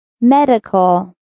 Medical